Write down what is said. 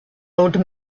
old